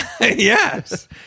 Yes